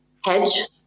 hedge